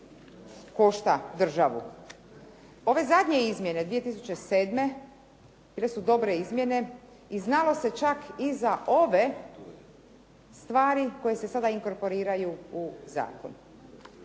košta državu. Ove zadnje izmjene 2007. bile su dobre izmjene i znalo se čak i za ove stvari koje se sada inkorporiraju u zakon.